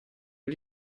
gli